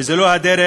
וזו אכן לא הדרך